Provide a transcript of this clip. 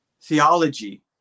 Theology